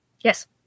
Yes